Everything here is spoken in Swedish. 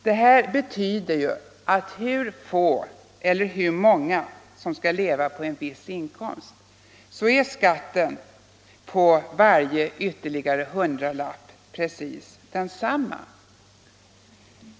Det betyder att hur få eller hur många som än skall leva på en viss inkomst är skatten på varje ytterligare hundralapp precis densamma.